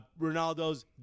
Ronaldo's